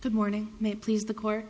good morning may please the court